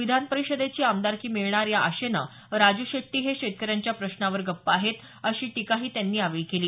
विधान परिषदेची आमदारकी मिळणार या आशेनं राजू शेट्टी हे शेतकऱ्यांच्या प्रश्नावर गप्प आहेत अशी टीकाही त्यांनी यावेळी केली